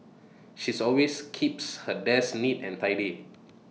she's always keeps her desk neat and tidy